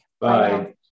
Bye